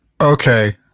Okay